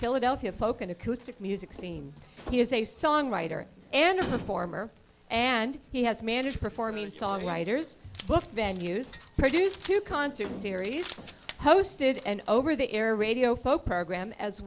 philadelphia folk and acoustic music scene he is a songwriter and performer and he has managed performing songwriters book venue's produced two concert series hosted an over the air radio folk program as